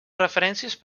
referències